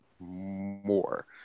More